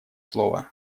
слово